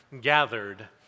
gathered